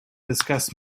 discuss